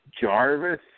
Jarvis